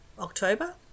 October